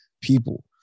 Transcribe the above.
people